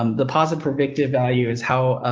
um the positive predictive value is how,